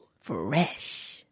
fresh